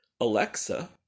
Alexa